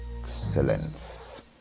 excellence